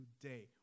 today